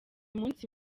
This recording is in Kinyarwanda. umunsi